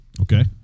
Okay